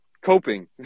coping